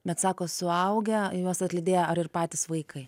bet sako suaugę juos atlydėję ar ir patys vaikai